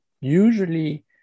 usually